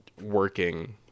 working